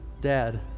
Dad